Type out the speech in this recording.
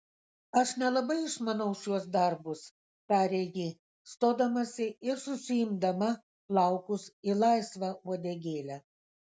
aš nelabai išmanau šiuos darbus tarė ji stodamasi ir susiimdama plaukus į laisvą uodegėlę